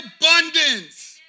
abundance